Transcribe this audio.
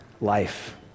life